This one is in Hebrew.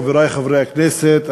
חברי חברי הכנסת,